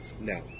No